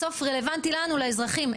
בסוף רלוונטי לנו לאזרחים?